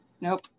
Nope